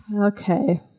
Okay